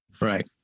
right